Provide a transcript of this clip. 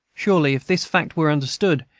surely, if this fact were understood,